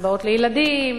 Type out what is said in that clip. קצבאות לילדים,